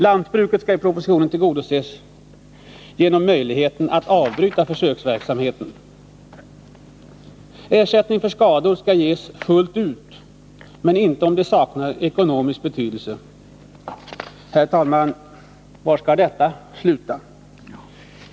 Lantbruket skall enligt propositionen tillgodoses genom möjligheten att avbryta försöksverksamheten. Ersättning för skador skall ges ”fullt ut”, men inte om det saknar ekonomisk betydelse. Herr talman! Var skall detta sluta?